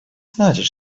значит